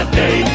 day